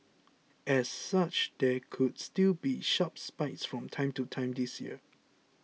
as such there could still be sharp spikes from time to time this year